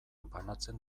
banatzen